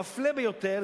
המפלה ביותר,